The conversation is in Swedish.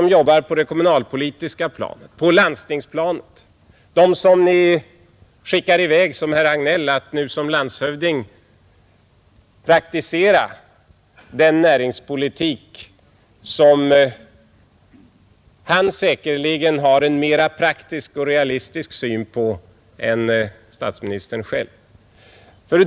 De jobbar på det kommunalpolitiska planet eller på landstingsplanet — eller de skickas liksom herr Hagnell i väg för att som landshövding praktisera den näringspolitik som herr Hagnell säkerligen har en mera praktisk och realistisk syn på än statsministern själv.